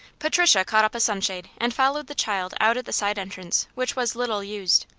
patricia caught up a sunshade and followed the child out at the side entrance, which was little used.